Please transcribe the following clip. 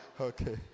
Okay